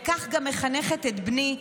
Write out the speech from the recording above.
וכך אני גם מחנכת את בני,